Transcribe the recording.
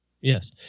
Yes